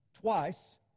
twice